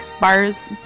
bars